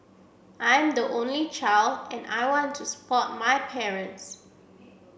I am the only child and I want to support my parents